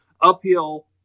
uphill